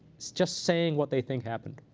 just saying what they think happened,